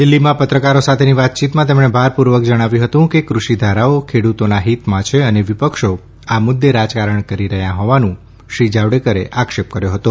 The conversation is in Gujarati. દિલ્હીમાં પત્રકારો સાથેની વાતયીતમાં તેમણે ભારપૂર્વક જણાવ્યું હતું કે કૃષિધારાઓ ખેડૂતોના હિતમાં છે અને વિપક્ષો આ મુદ્દે રાજકારણ કરી રહ્યા હોવાનું શ્રી જાવડેકરે આક્ષેપ કર્યો હતો